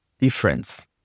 difference